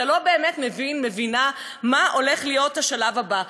אתה לא באמת מבין, מבינה, מה הולך להיות השלב הבא.